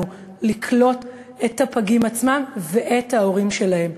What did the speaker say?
לקלוט את הפגים עצמם ואת ההורים שלהם.